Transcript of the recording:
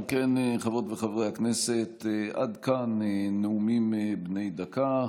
אם כן, חברות וחברי הכנסת, עד כאן נאומים בני דקה.